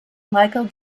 michael